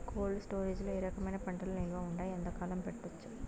Cold storage లో ఏ రకమైన పంటలు నిలువ ఉంటాయి, ఎంతకాలం పెట్టొచ్చు?